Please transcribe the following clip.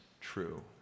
true